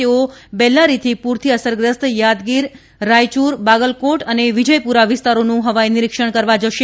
તેઓ બેલ્લારીથી પૂરથી અસરગ્રસ્ત યાદગીર રાયયૂર બાગલકોટ અને વિજયપુરા વિસ્તારોનું હવાઈ નિરિક્ષણ કરવા જશે